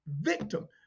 Victim